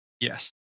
Yes